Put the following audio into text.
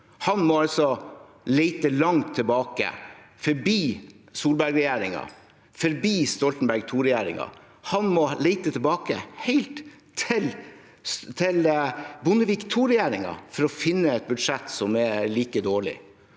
Han må altså lete langt tilbake – forbi Solberg-regjeringen, forbi Stoltenberg II-regjeringen. Han må lete helt tilbake til Bondevik II-regjeringen for å finne et budsjett som er like dårlig.